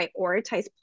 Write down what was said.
prioritize